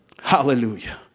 Hallelujah